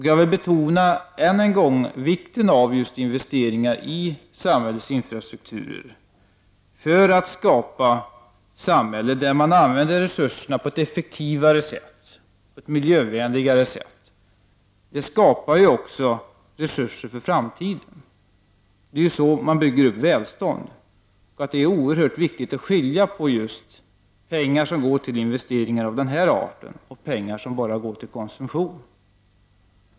Jag vill än en gång betona vikten av just investeringar i samhällets infrastruktur för att skapa ett samhälle där man använder resurserna på ett effektivare och på ett mera miljövänligt sätt. Det skapar också resurser för framtiden. Det är så man bygger upp välstånd. Det är oerhört viktigt att skilja på just pengar som går till investeringar av den här arten och pengar som bara går till konsumtion.